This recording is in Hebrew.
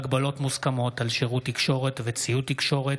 76) (הגבלות מוסכמות על שירות תקשורת וציוד תקשורת),